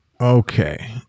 Okay